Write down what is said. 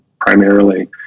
primarily